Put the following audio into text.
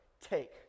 take